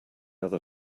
other